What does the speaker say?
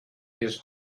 his